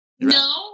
No